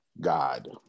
God